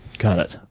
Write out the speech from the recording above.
got it.